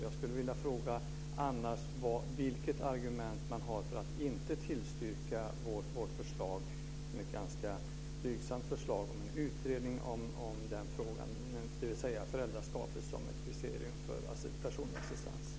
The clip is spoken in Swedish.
Jag skulle vilja fråga vilket argument man annars har för att inte tillstyrka vårt förslag, som är ett ganska blygsamt förslag, om en utredning av denna fråga, dvs. föräldraskapet som ett kriterium för personlig assistans.